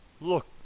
Look